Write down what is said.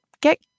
get